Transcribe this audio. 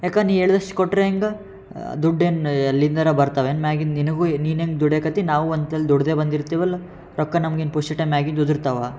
ಯಾಕೆ ನೀನು ಹೇಳೋದಷ್ಟು ಕೊಟ್ಟರೆ ಹೆಂಗೆ ದುಡ್ಡೇನು ಎಲ್ಲಿಂದಾನ ಬರ್ತಾವೆ ಏನು ಮ್ಯಾಗಿಂದ ನಿನಗೂ ನೀನು ಹೆಂಗೆ ದುಡಿಯಾಕ್ಕತ್ತಿ ನಾವು ಅಂತ ಇಲ್ಲಿ ದುಡಿದೇ ಬಂದಿರ್ತೀವಲ್ಲ ರೊಕ್ಕ ನಮ್ಗೇನು ಪುಕ್ಶಟ್ಟೆಯಾಗಿ ಮ್ಯಾಗಿಂದ ಉದರ್ತಾವ